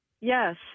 Yes